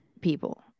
people